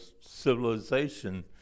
civilization